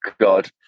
God